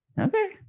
Okay